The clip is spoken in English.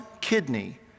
kidney